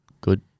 good